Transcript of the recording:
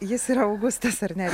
jis yra augustas ar ne